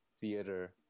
theater